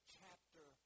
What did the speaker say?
chapter